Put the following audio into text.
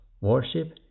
worship